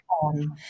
on